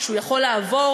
שהוא יכול לעבור,